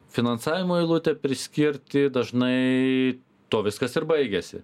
finansavimo eilutę priskirti dažnai tuo viskas ir baigiasi